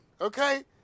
okay